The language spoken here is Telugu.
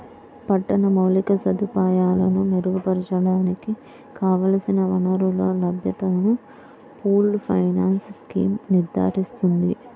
పట్టణ మౌలిక సదుపాయాలను మెరుగుపరచడానికి కావలసిన వనరుల లభ్యతను పూల్డ్ ఫైనాన్స్ స్కీమ్ నిర్ధారిస్తుంది